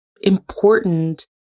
important